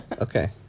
Okay